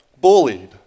bullied